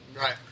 Right